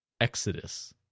exodus